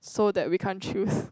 so that we can't choose